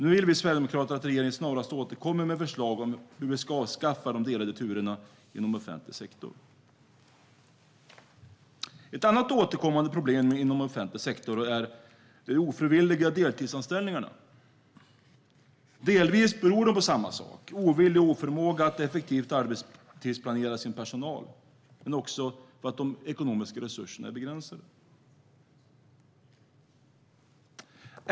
Nu vill vi sverigedemokrater att regeringen snarast återkommer med förslag om hur vi ska avskaffa de delade turerna inom offentlig sektor. Ett annat återkommande problem inom offentlig sektor är de ofrivilliga deltidsanställningarna. De beror delvis på samma sak, det vill säga ovilja och oförmåga att effektivt arbetstidsplanera sin personal, men också på att de ekonomiska resurserna är begränsade.